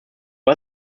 was